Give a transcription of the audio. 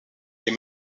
les